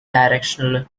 directional